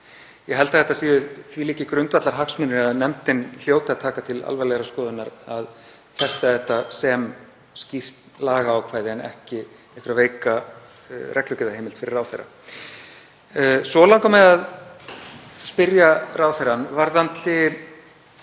Ég held að þetta séu þvílíkir grundvallarhagsmunir að nefndin hljóti að taka til alvarlegrar skoðunar að festa þetta sem skýrt lagaákvæði en ekki veika reglugerðarheimild fyrir ráðherra. Mig langar líka að spyrja ráðherrann varðandi